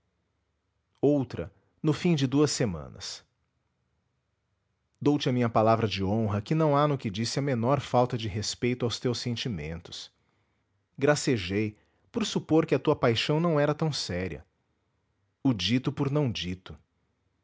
outra no fim de duas semanas dou-te a minha palavra de honra que não há no que disse a menor falta de respeito aos teus sentimentos gracejei por supor que a tua paixão não era tão séria o dito por não dito